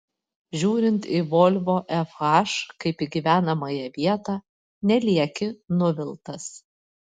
žiūrint į volvo fh kaip į gyvenamąją vietą nelieki nuviltas